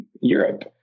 Europe